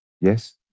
yes